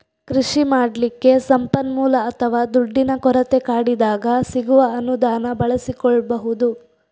ಕೃಷಿ ಮಾಡ್ಲಿಕ್ಕೆ ಸಂಪನ್ಮೂಲ ಅಥವಾ ದುಡ್ಡಿನ ಕೊರತೆ ಕಾಡಿದಾಗ ಸಿಗುವ ಅನುದಾನ ಬಳಸಿಕೊಳ್ಬಹುದು